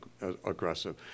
aggressive